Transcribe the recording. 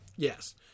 Yes